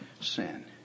sin